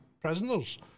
prisoners